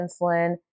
insulin